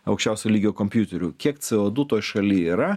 aukščiausio lygio kompiuterių kiek c o du toj šaly yra